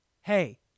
hey